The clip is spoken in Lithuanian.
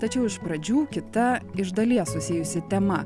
tačiau iš pradžių kita iš dalies susijusi tema